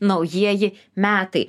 naujieji metai